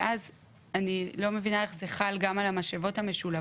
ואז אני לא מבינה איך זה חל גם על המשאבות המשולבות.